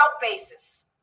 basis